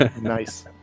Nice